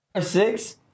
Six